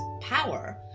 power